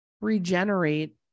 regenerate